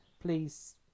please